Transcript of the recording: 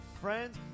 friends